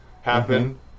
happen